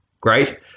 Great